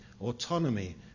autonomy